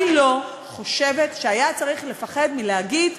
אני לא חושבת שהיה צריך לפחד מלהגיד,